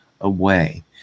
away